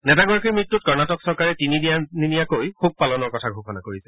নেতাগৰাকীৰ মৃত্যুত কৰ্ণাটক চৰকাৰে তিনিদিনীয়াকৈ শোক পালনৰ কথা ঘোষণা কৰিছে